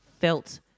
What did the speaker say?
felt